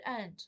end